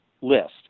list